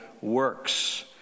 works